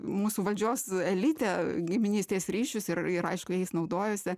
mūsų valdžios elite giminystės ryšius ir ir aišku jais naudojosi